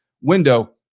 window